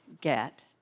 get